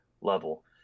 level